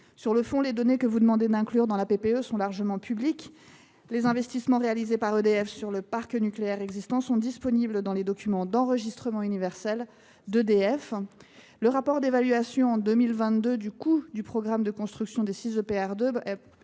Sur le fond, les données que vous demandez d’inclure dans la PPE sont largement publiques. Les investissements réalisés par EDF sur le parc nucléaire existant sont disponibles dans les documents d’enregistrement universel (URD) qu’elle publie. La mise à jour du rapport d’évaluation de 2022 sur le coût du programme de construction des six EPR2, porté